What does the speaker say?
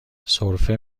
سرفه